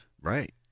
Right